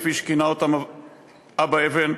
כפי שכינה אותם אבא אבן,